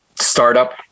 startup